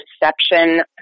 perception